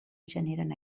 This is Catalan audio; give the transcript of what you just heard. generen